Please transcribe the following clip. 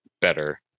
better